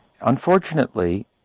Unfortunately